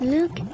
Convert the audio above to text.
Look